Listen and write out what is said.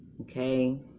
Okay